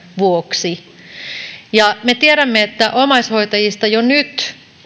vuoksi me tiedämme että omaishoitajista jo nyt